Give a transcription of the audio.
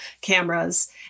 cameras